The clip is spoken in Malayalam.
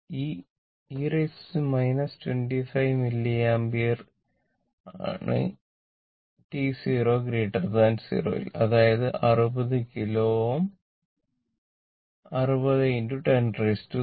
ഇ e 25 മില്ലിയംപിയർ ആണ് t 0 അതായത് R 60 കിലോ Ω 60 10 3